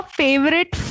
favorite